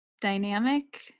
dynamic